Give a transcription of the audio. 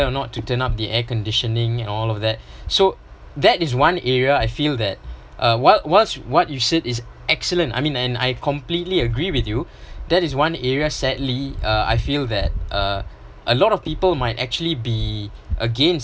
not to turn up the air conditioning and all of that so that is one area I feel that uh whilst what what you said is excellent I mean and I completely agree with you that is one area sadly uh I feel that uh a lot of people might actually be against